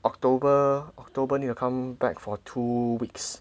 October October need to come back for two weeks